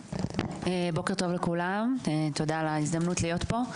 בוקר טוב לכולם, תודה על ההזדמנות להיות פה.